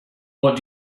what